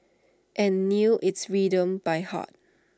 and knew its rhythms by heart